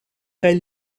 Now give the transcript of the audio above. kaj